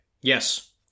Yes